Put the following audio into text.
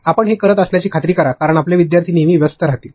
आपण हे करत असल्याची खात्री करा कारण आपले विद्यार्थी नेहमी व्यस्त राहतील